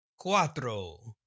cuatro